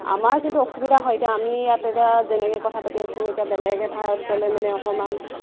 আমাৰ কিন্তু অসুবিধা হয় এতিয়া আমি ইয়াত এতিয়া যেনেকৈ কথা পাতি আছোঁ এতিয়া বেলেগ এঠাইত গ'লে মানে অকণমান